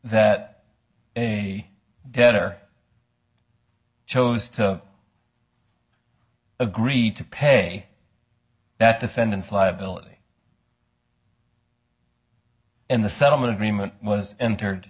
that a debtor chose to agree to pay that defendant's liability and the settlement agreement was entered